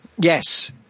Yes